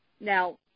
Now